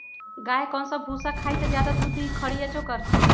गाय कौन सा भूसा खाई त ज्यादा दूध दी खरी या चोकर?